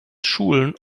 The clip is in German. schulen